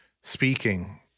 speaking